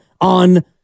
on